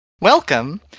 Welcome